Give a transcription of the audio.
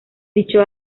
dicho